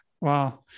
Wow